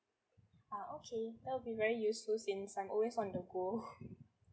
ah okay that'll be very useful since I'm always on the go